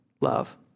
love